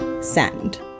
send